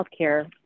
healthcare